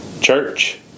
Church